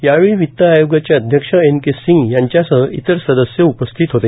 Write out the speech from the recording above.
यावेळी वित्त आयोगाचे अध्यक्ष एन के सिंग यांच्यासह इतर सदस्य उपस्थित होते